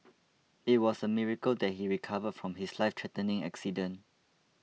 it was a miracle that he recovered from his lifethreatening accident